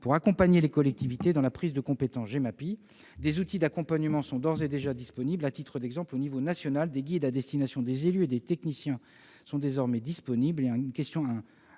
pour accompagner les collectivités dans la prise de compétence Gemapi. Des outils d'accompagnement sont d'ores et déjà disponibles. À titre d'exemple, au niveau national, des guides à destination des élus et des techniciens sont désormais disponibles. Un guide sous